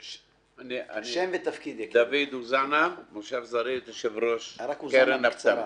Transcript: אני דוד אוזנה, ממושב זרעית, יושב-ראש קרן הפטמים.